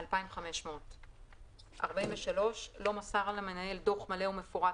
2,500. (43) לא מסר למנהל דוח מלא ומפורט,